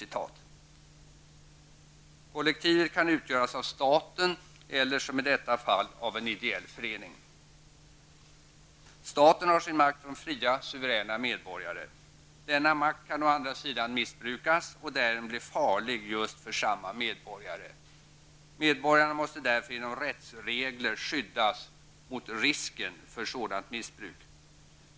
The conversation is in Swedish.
Kollektivet kan utgöras av staten eller -- som i detta fall -- av en ideell förening. Staten har sin makt från fria, suveräna medborgare. Denna makt kan å andra sidan missbrukas och därigenom bli farlig just för samma medborgare. Medborgarna måste därför genom rättsregler skyddas mot risken för sådant missbruk.